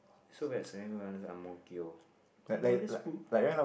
so when Serangoon Gardens ang-mo-kio this school